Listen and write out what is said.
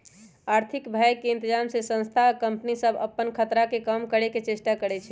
आर्थिक भय के इतजाम से संस्था आ कंपनि सभ अप्पन खतरा के कम करए के चेष्टा करै छै